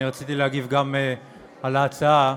אני רציתי להגיב גם על ההצעה,